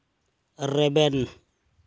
ᱨᱮᱵᱮᱱ